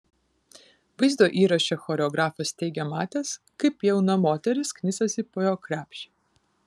vaizdo įraše choreografas teigė matęs kaip jauna moteris knisasi po jo krepšį